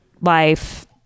life